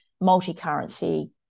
multi-currency